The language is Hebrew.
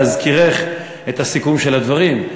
להזכירך את הסיכום של הדברים,